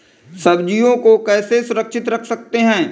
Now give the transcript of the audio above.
सब्जियों को कैसे सुरक्षित रख सकते हैं?